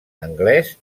anglès